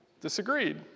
disagreed